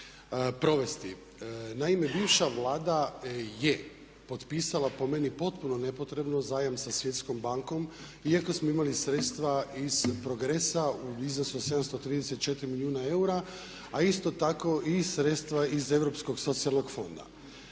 Naime, bivša Vlada je potpisala po meni potpuno nepotrebno zajam sa Svjetskom bankom iako smo imali sredstva iz progresa u iznosu od 734 milijuna eura a isto tako i sredstva iz Europskog socijalnog fonda.